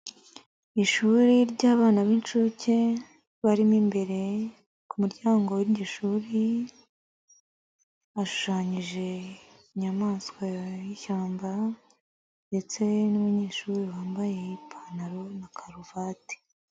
Ishuri ry' abana b'incuke, barimo imbere, ku muryango w'iryo shuri, hashushanyije inyamaswa y'ishyamba ndetse n'umunyeshuri wambaye ipantaro na karuvati.